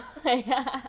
ya